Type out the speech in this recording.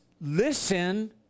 listen